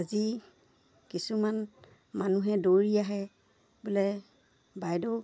আজি কিছুমান মানুহে দৌৰি আহে বোলে বাইদেউ